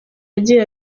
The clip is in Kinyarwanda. agira